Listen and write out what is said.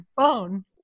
phone